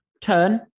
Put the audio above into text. turn